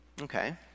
Okay